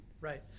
right